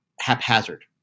haphazard